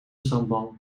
strandbal